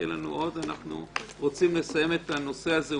אנחנו רוצים לסיים את הנושא הזה.